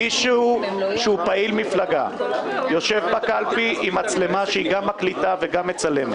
מישהו שהוא פעיל מפלגה יושב בקלפי עם מצלמה שמקליטה ומצלמת,